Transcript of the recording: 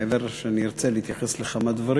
מעבר לכך שאני ארצה להתייחס לכמה דברים,